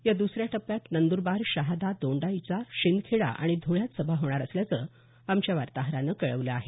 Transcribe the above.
या दुसऱ्या टप्प्यात नंदुरबार शहादा दोंडाईचा शिंदखेडा आणि धुळ्यात सभा होणार असल्याचं आमच्या वार्ताहरानं कळवलं आहे